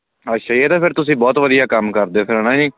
ਅੱਛਾ ਜੀ ਇਹ ਤਾਂ ਫਿਰ ਤੁਸੀਂ ਬਹੁਤ ਵਧੀਆ ਕੰਮ ਕਰਦੇ ਹੋ ਫਿਰ ਹੈ ਨਾ ਜੀ